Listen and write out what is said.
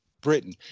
Britain